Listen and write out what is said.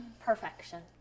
perfection